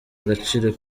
agaciro